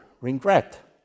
regret